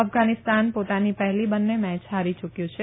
અફઘાનીસ્તાન પોતાની પહેલી બંને મેચ હારી યુકયું છે